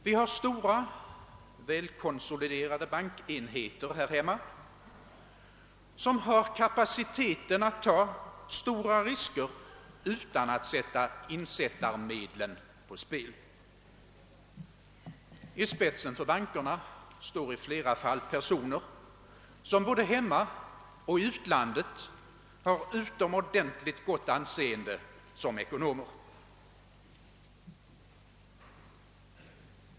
Vi har här hemma stora, väl konsoliderade bankenheter som har kapaciteten att ta stora risker utan att sätta insättarmedlen på spel. I spetsen för bankerna står i flera fall personer, som både hemma och i utlandet har utomordentligt gott anseende som ekonomer.